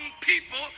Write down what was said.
people